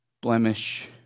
blemish